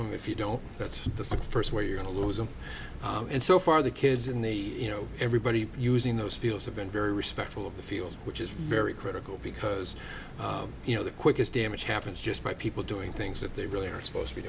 and if you don't that's the first where you're on a loser and so far the kids in the you know everybody using those fields have been very respectful of the field which is very critical because you know the quickest damage happens just by people doing things that they really are supposed to